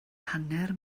hanner